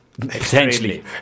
Potentially